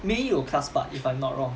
没有 class part if I'm not wrong